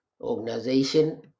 organization